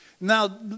Now